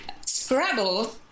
Scrabble